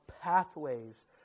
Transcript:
pathways